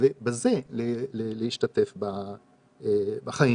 ובזה להשתתף בחיים.